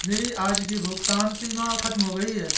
मेरी आज की भुगतान सीमा खत्म हो गई है